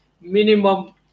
minimum